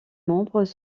membres